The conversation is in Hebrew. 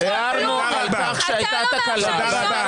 אנחנו הערנו על כך שהייתה תקלה.